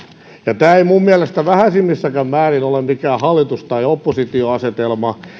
palveluja tämä ei minun mielestäni vähäisimmässäkään määrin ole mikään hallitus tai oppositioasetelma